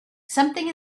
something